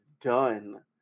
done